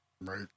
Right